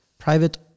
private